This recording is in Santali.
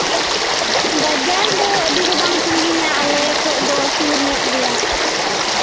ᱵᱟᱡᱟᱨ ᱫᱚ ᱟᱹᱰᱤ ᱫᱚ ᱵᱟᱝ ᱥᱟᱺᱜᱤᱧᱟ ᱟᱞᱮ ᱠᱷᱚᱱ ᱫᱚ ᱥᱩᱨ ᱧᱚᱜ ᱜᱮᱭᱟ